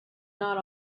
not